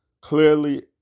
clearly